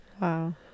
Wow